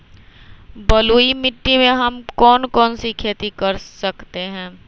बलुई मिट्टी में हम कौन कौन सी खेती कर सकते हैँ?